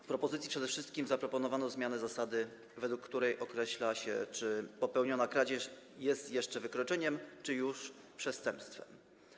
W projekcie przede wszystkim zaproponowano zmianę zasady, według której określa się, czy popełniona kradzież jest jeszcze wykroczeniem, czy już przestępstwem.